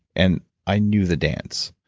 and i knew the dance.